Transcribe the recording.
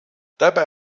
dabei